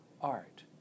art